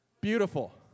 Beautiful